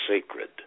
sacred